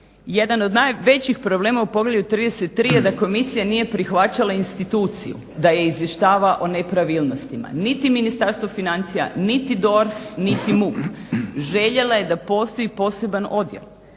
Jedan od najvećih problema u poglavlju 33 je da komisija nije prihvaćala instituciju da je izvještava o nepravilnostima niti Ministarstvo financija, niti DORH, niti MUP. Željela je da postoji poseban odjel.